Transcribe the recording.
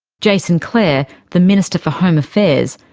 jason clare, the minister for home affairs,